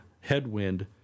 headwind